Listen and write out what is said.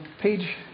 page